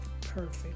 perfect